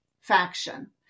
faction